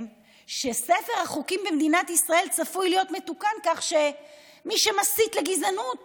שספר החוקים במדינת ישראל צפוי להיות מתוקן כך שמי שמסית לגזענות